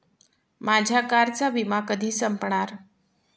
माझ्या कारचा विमा कधी संपणार